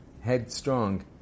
headstrong